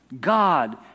God